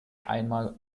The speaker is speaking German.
einmal